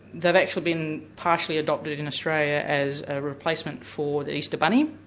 they've actually been partially adopted in australia as a replacement for the easter bunny.